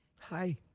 hi